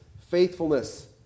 faithfulness